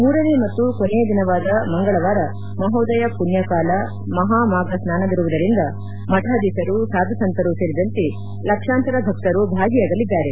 ಮೂರನೆ ಮತ್ತು ಕೊನೆಯ ದಿನವಾದ ಮಂಗಳವಾರ ಮಹೋದಯ ಪುಣ್ಣಕಾಲ ಮಹಾಮಾಘ ಸ್ನಾನವಿರುವುದರಿಂದ ಮಠಾಧಿಶರು ಸಾಧುಸಂತರು ಸೇರಿದಂತೆ ಲಕ್ಷಾಂತರ ಭಕ್ತರು ಭಾಗಿಯಾಗಲಿದ್ದಾರೆ